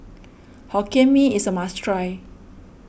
Hokkien Mee is a must try